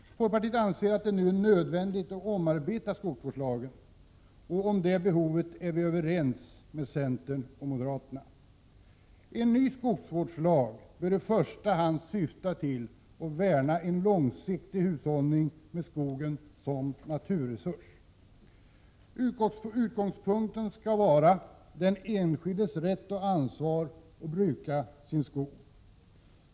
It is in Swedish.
Folkpartiet anser att det nu är nödvändigt att omarbeta skogsvårdslagen. Vi är överens med centern och moderaterna om behovet av en omarbetning. En ny skogsvårdslag bör i första hand syfta till att värna en långsiktig hushållning med skogen som naturresurs. Utgångspunkten skall vara den enskildes rätt och ansvar att bruka sin skog.